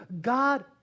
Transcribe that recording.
God